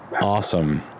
Awesome